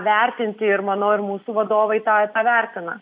vertinti ir manau ir mūsų vadovai tą vertina